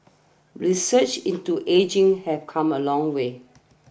research into ageing have come a long way